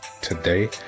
today